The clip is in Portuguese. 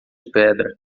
pedra